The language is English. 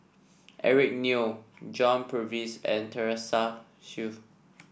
Eric Neo John Purvis and Teresa Hsu